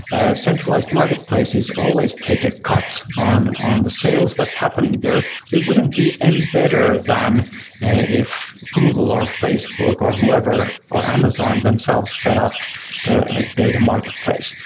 ah centralized marketplaces always take a cut on on the sales that's happening there. we wouldn't be any better than if google or facebook or whoever, or amazon themselves set up a data marketplace,